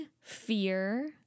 fear